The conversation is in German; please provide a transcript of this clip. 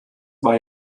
war